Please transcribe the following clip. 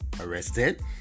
arrested